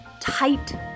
tight